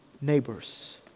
neighbors